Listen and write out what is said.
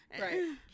right